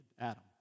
Adam